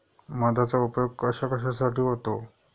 मधाचा उपयोग कशाकशासाठी होतो?